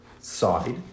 side